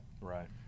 right